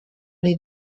les